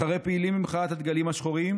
אחרי פעילים במחאת הדגלים השחורים,